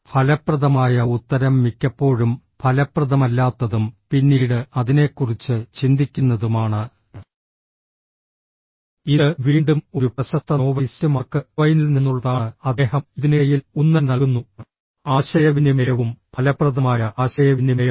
ഫലപ്രദമായ ഉത്തരം മിക്കപ്പോഴും ഫലപ്രദമല്ലാത്തതും പിന്നീട് അതിനെക്കുറിച്ച് ചിന്തിക്കുന്നതുമാണ് ഇത് വീണ്ടും ഒരു പ്രശസ്ത നോവലിസ്റ്റ് മാർക്ക് ട്വൈനിൽ നിന്നുള്ളതാണ് അദ്ദേഹം ഇതിനിടയിൽ ഊന്നൽ നൽകുന്നു ആശയവിനിമയവും ഫലപ്രദമായ ആശയവിനിമയവും